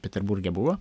peterburge buvo